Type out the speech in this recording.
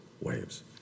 waves